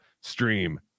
stream